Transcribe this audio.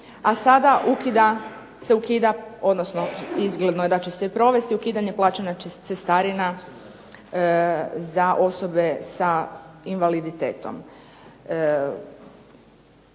ukida, se ukida, odnosno izgledno je da će se provesti ukidanje plaćanja cestarina za osobe sa invaliditetom.